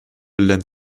lendt